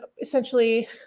essentially